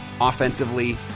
offensively